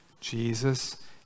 Jesus